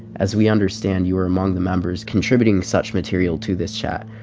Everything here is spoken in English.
as we understand, you were among the members contributing such material to this chat.